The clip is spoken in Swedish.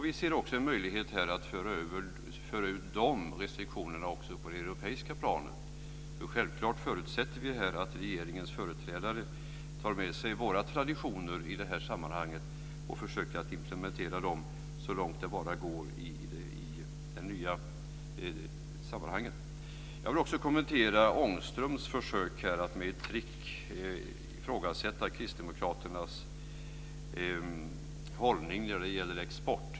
Vi ser också en möjlighet här att föra ut de restriktionerna också på det europeiska planet. Självklart förutsätter vi att regeringens företrädare tar med sig våra traditioner i det här sammanhanget och försöker att implementera dem så långt det bara går i det nya sammanhanget. Jag vill också kommentera Lars Ångströms försök att med ett trick ifrågasätta Kristdemokraternas hållning när det gäller export.